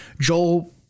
Joel